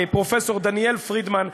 פרופ' דניאל פרידמן,